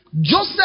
Joseph